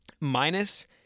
minus